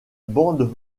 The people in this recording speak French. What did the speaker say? bande